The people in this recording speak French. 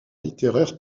littéraire